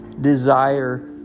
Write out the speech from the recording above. desire